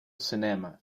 cinema